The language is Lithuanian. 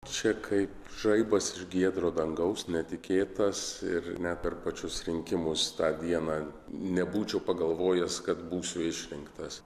čia kaip žaibas iš giedro dangaus netikėtas ir net per pačius rinkimus tą dieną nebūčiau pagalvojęs kad būsiu išrinktas